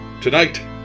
Tonight